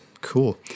cool